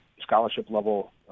scholarship-level